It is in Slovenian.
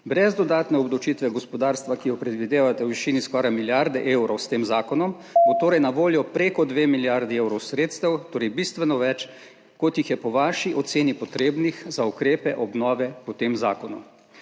Brez dodatne obdavčitve gospodarstva, ki jo predvidevate v višini skoraj milijarde evrov s tem zakonom, bo torej na voljo preko dve milijardi evrov sredstev, torej bistveno več, kot jih je po vaši oceni potrebnih za ukrepe obnove po tem zakonu.